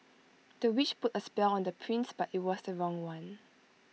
the witch put A spell on the prince but IT was the wrong one